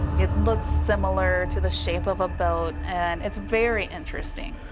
it looks similar to the shape of a boat, and it's very interesting.